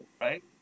right